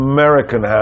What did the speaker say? American